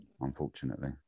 unfortunately